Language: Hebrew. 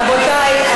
רבותי.